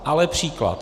Ale příklad.